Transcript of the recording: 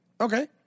Okay